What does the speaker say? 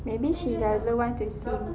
maybe she doesn't want to seem